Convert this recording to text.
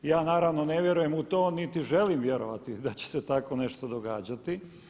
Ja naravno ne vjerujem u to niti želim vjerovati da će se takvo nešto događati.